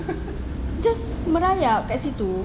just merayap dekat situ